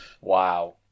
Wow